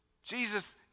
Jesus